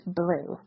blue